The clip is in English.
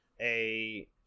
A-